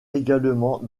également